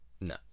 No